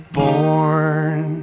born